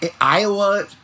Iowa